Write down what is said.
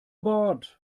bord